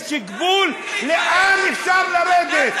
יש גבול לאן אפשר לרדת.